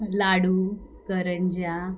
लाडू करंज्या